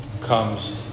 comes